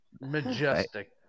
majestic